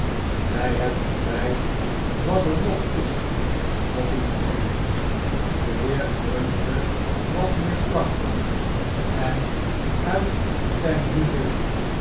by het ontbyt was er noch visch noch iets anders de heer cruncher was neerslachtig en uit zjjn humeur